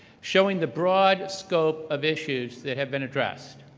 showing the broad scope of issues that have been addressed.